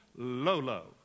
Lolo